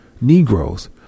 Negroes